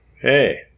Hey